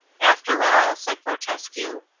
after all, said fortescue,